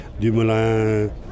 Dumoulin